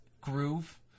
groove